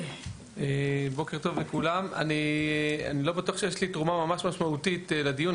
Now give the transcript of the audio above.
בטוח שיש לי תרומה משמעותית לדיון,